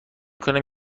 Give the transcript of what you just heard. کنم